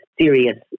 serious